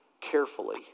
carefully